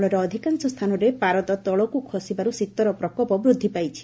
ଫଳରେ ଅଧିକାଂଶ ସ୍ତାନରେ ପାରଦ ତଳକୁ ଖସିବାରୁ ଶୀତର ପ୍ରକୋପ ବୃଦ୍ଧି ପାଇଛି